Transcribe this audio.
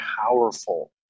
powerful